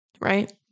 Right